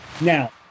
Now